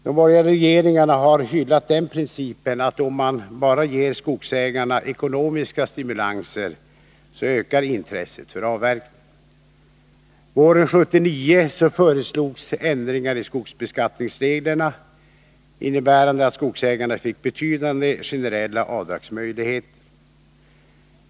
De borgerliga regeringarna har hyllat den principen att om vi bara ger skogsägarna ekonomiska stimulanser, ökar intresset för avverkning. Våren 1979 föreslogs ändringar i skogsbeskattningsreglerna, innebärande att skogsägarna fick betydande generella avdragsmöjligheter.